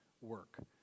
work